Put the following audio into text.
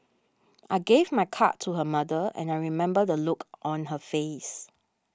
I gave my card to her mother and I remember the look on her face